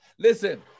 Listen